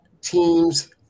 team's